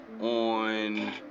on